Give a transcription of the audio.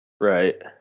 Right